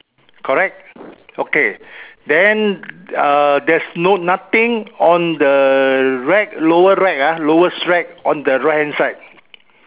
correct okay then err there's no nothing on the rack lower rack ah lowest rack on the right hand side